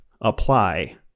apply